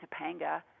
Topanga